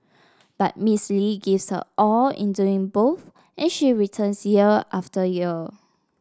but Miss Lee gives her all in doing both and she returns year after year